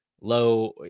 low